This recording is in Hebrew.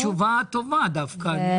זו תשובה טובה דווקא.